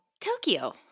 Tokyo